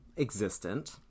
existent